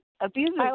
abusers